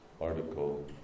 article